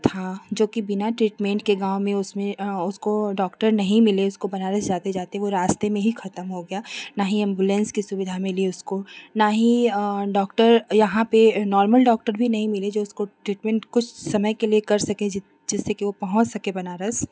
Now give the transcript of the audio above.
हाँ जो कि बिना ट्रीटमेंट के गाँव में उसने हँ उसको डॉक्टर नहीं मिले उसको बनारस जाते जाते वह रास्ते में ही ख़त्म हो गया न ही एम्बुलेंस की सुविधा मिली उसको ना ही अ डॉक्टर यहाँ पर नार्मल डॉक्टर भी नहीं मिले जो उसको ट्रीटमेंट कुछ समय के लिए कर सके जिससे की वो पहुँच सके बनारस